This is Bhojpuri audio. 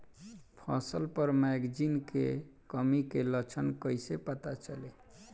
फसल पर मैगनीज के कमी के लक्षण कइसे पता चली?